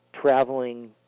traveling